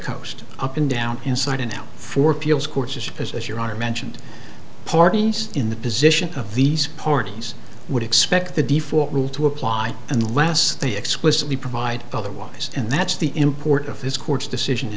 coast up and down inside and out for people's courts just as your are mentioned parties in the position of these parties would expect the default rule to apply unless they explicitly provide otherwise and that's the import of this court's decision